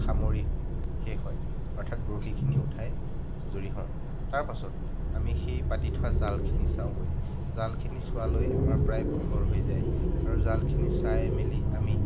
সামৰি শেষ হয় অৰ্থাৎ বৰশীখিনি উঠাই আজৰি হওঁ তাৰ পাছত আমি সেই পাতি থোৱা জালখিনি চাওঁগৈ জালখিনি চোৱালৈ আমাৰ প্ৰায় পোহৰ হৈ যায় আৰু জালখিনি চাই মেলি আমি